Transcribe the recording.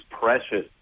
precious